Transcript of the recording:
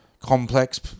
complex